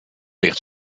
ligt